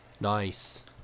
Nice